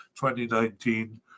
2019